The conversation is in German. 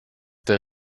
der